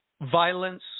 violence